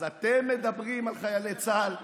אז אתם מדברים על חיילי צה"ל?